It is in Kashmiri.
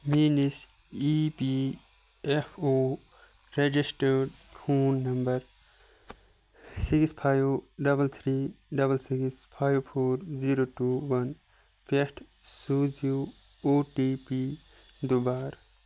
میٛٲنِس E P F O registered phone number six five double three double six five four zero two one پٮ۪ٹھ سوٗزِو او ٹی پی دُبارٕ